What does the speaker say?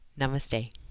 Namaste